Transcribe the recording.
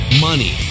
money